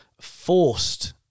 forced